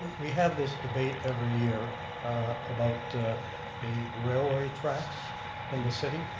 we have this debate every year about a railway tracks in the city.